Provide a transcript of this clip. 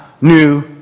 new